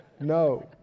no